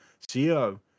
CEO